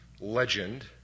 legend